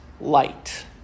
light